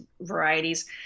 varieties